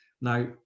Now